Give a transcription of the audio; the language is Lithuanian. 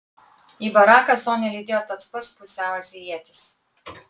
į baraką sonią lydėjo tas pats pusiau azijietis